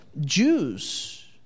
Jews